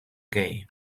gai